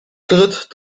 tritt